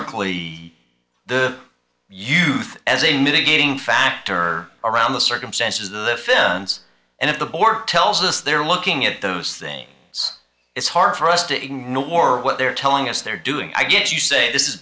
lly the youth as a mitigating factor around the circumstances of the fence and if the board tells us they're looking at those things it's it's hard for us to ignore what they're telling us they're doing i guess you say this is